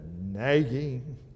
nagging